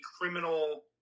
criminal